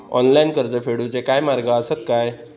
Online कर्ज फेडूचे काय मार्ग आसत काय?